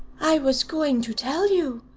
i was going to tell you,